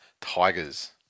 Tigers